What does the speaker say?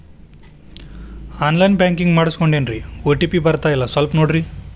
on line banking ಮಾಡಿಸ್ಕೊಂಡೇನ್ರಿ OTP ಬರ್ತಾಯಿಲ್ಲ ಸ್ವಲ್ಪ ನೋಡ್ರಿ